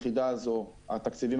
התקציבים,